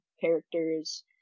characters